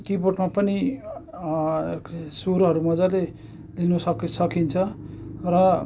किबोर्डमा पनि सुरहरू मज्जाले लिनु सकि सकिन्छ र